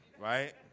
right